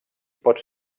pot